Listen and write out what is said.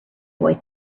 boy